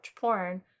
porn